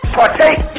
partake